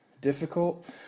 difficult